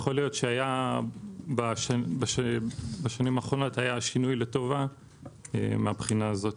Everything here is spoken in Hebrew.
יכול להיות שבשנים האחרונות היה שינוי לטובה מהבחינה הזאת.